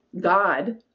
God